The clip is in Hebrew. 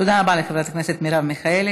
תודה רבה לחברת הכנסת מרב מיכאלי.